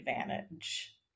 advantage